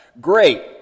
Great